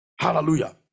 Hallelujah